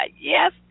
Yes